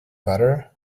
butter